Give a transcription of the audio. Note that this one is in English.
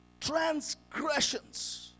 transgressions